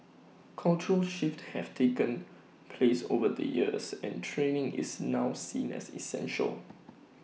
cultural shifts have taken place over the years and training is now seen as essential